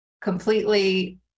completely